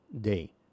day